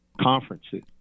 conferences